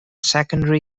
secondary